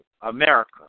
America